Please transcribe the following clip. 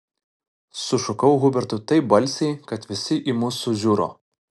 sušukau hubertui taip balsiai kad visi į mus sužiuro